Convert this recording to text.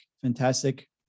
fantastic